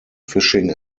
fishing